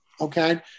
okay